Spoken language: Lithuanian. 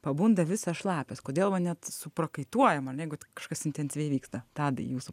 pabunda visas šlapias kodėl va net suprakaituojama jeigu kažkas intensyviai vyksta tadai jūsų